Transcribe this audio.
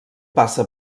passa